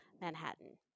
Manhattan